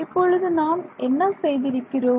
இப்பொழுது நாம் என்ன செய்திருக்கிறோம்